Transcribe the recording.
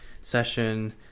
session